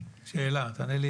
שאלה, תענה.